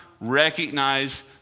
recognize